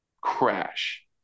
crash